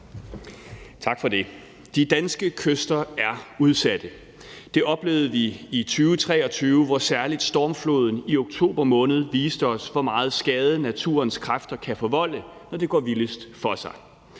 Tak for det. De danske kyster er udsatte. Det oplevede vi i 2023, hvor særlig stormfloden i oktober måned viste os, hvor meget skade naturens kræfter kan forvolde, når det går vildest for sig.